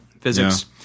Physics